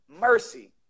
mercy